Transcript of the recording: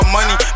money